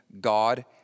God